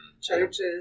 Churches